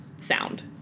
sound